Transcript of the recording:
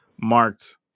marked